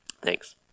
Thanks